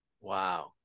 Wow